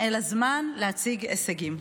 אלא זמן להציג הישגים,